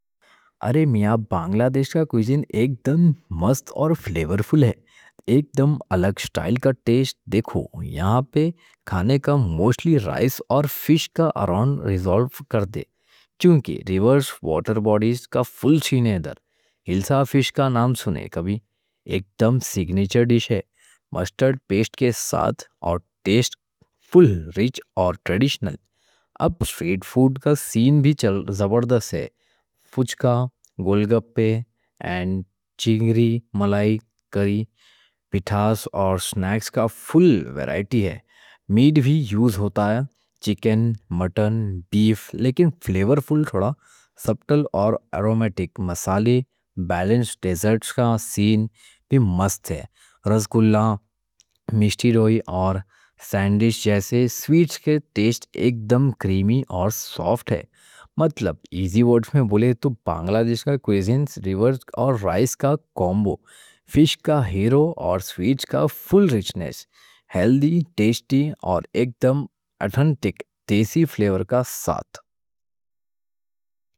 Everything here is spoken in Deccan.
ارے میاں بنگلہ دیش کا کوزین ایک دم مست اور فلیور فل ہے۔ ایک دم الگ اسٹائل کا ٹیسٹ دیکھو۔ یہاں پہ کھانے کا موسٹلی رائس اور فش کے اراؤنڈ ریزولف کر دے۔ کیونکہ ریورس واٹر باڈیز کا فل چین ہے۔ ادھر ہلسا فش کا نام سنے کبھی۔ ایک دم سگنیچر ڈِش ہے، مسٹرڈ پیسٹ کے ساتھ اور ٹیسٹ فل، رِچ اور ٹریڈیشنل۔ اب اسٹریٹ فوڈ کا سین بھی چل زبردست ہے۔ گلگپے اور چنگری ملائی کری، پِٹھاس اور سنیکس کا فل ورائٹی ہے۔ میٹ بھی یوز ہوتا ہے، چکن، مٹن، بیف؛ لیکن فلیور فل تھوڑا سبٹل اور ارومیٹک، مسالے بیلنسڈ۔ ڈیزرٹس کا سین بھی مست ہے۔ رسگلہ، مشٹی دوئی اور سینڈیش جیسے سویٹس کے ٹیسٹ ایک دم کریمی اور سوفٹ ہے۔ مطلب ایزی ورڈ میں بولے تو بنگلہ دیش کا کوزین ریورز اور رائس کا کومبو۔ فش کا ہیرو اور سویٹس کا فل ریچنس، ہیلتھی، ٹیسٹی اور ایک دم آتھنٹک دیسی فلیور کا ساتھ۔